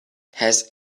has